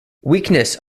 weakness